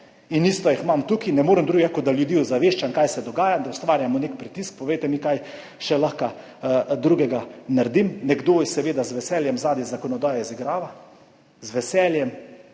in isto jih imam tukaj, ne morem drugega, kot da ljudi ozaveščam, kaj se dogaja, da ustvarjamo nek pritisk. Povejte mi, kaj še lahko drugega naredim? Nekdo seveda zadaj z veseljem izigrava zakonodajo. Z veseljem,